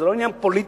זה לא עניין פוליטי,